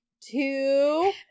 two